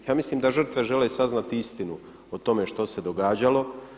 Ja mislim da žrtve žele saznati istinu o tome što se događalo.